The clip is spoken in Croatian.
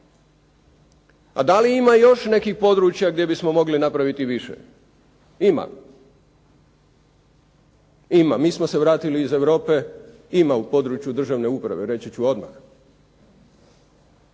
A da li ima još nekih područja gdje bismo mogli napraviti više? Ima. Ima. Mi smo se vratili iz Europe, ima u području državne uprave reći ću odmah.